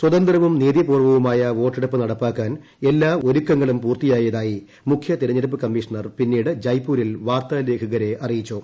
സ്വതന്ത്ര്യവും നീതിപൂർവ്വവുമായ വോട്ടെടുപ്പ് നട്ടപ്പാക്കാൻ എല്ലാ ഒരുക്കങ്ങളും പൂർത്തിയായിരുത്തായി മുഖ്യ തെരഞ്ഞെടുപ്പ് കമ്മീഷണർ പിന്നീട് ജയ്പൂരിൽ വാർത്താ ലേഖകരെ അറിയിച്ചു